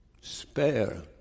Spare